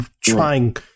trying